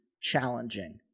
challenging